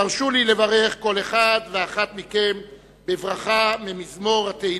תרשו לי לברך כל אחד ואחת מכם בברכה ממזמור תהילים: